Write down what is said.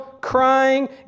crying